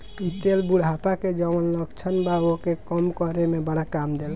इ तेल बुढ़ापा के जवन लक्षण बा ओके कम करे में बड़ा काम देला